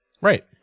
Right